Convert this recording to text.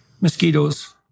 Mosquitoes